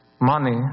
Money